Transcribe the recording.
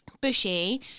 Bushy